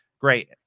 great